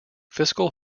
fiscal